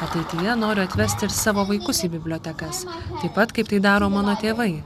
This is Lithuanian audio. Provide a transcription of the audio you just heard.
ateityje noriu atvesti ir savo vaikus į bibliotekas taip pat kaip tai daro mano tėvai